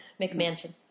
McMansion